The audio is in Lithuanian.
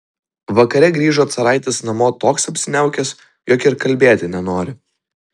vakare grįžo caraitis namo toks apsiniaukęs jog ir kalbėti nenori